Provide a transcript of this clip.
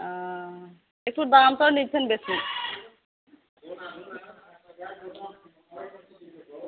একটু দামটাও নিচ্ছেন বেশি